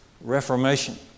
reformation